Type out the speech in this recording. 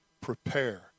Prepare